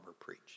preach